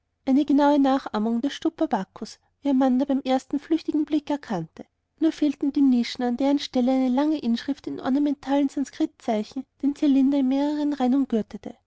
eine genaue nachahmung der stupa bakus wie amanda beim ersten flüchtigen blick erkannte nur fehlten die nischen an deren stelle eine lange inschrift in ornamentalen sanskrit zeichen den zylinder in mehreren reihen umgürtete